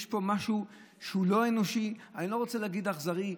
יש פה משהו לא אנושי, אני לא רוצה להגיד אכזרי.